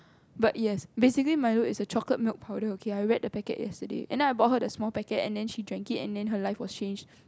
but yes basically Milo is a chocolate milk powder okay I read the packet yesterday and then I bought her the small packet and then she drank it and then her life was changed